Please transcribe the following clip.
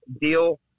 deal